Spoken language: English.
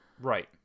right